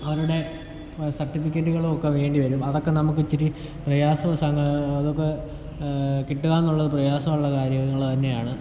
അവരുടെ സർട്ടിഫിക്കറ്റുകളൊക്കെ വേണ്ടി വരും അതക്കെ നമുക്ക് ഇച്ചിരി പ്രയാസവും സ അതൊക്കെ കിട്ടുകാന്നുള്ളത് പ്രയാസമുള്ള കാര്യങ്ങൾ തന്നെയാണ്